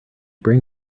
bring